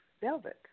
Velvet